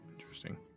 Interesting